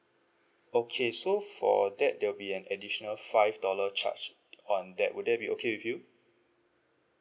okay so for that there will be an additional five dollar charge on that would that be okay with you